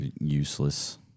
useless